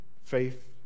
faith